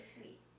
sweet